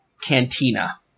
cantina